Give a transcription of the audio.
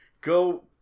go